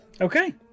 Okay